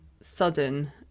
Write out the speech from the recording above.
sudden